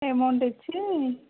amount వచ్చి